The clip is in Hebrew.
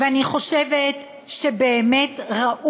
אדוני היושב-ראש,